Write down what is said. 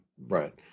Right